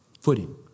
footing